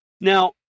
Now